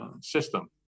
system